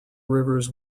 rivers